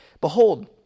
Behold